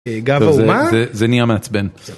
זה גב האומה? זה נהיה מעצבן.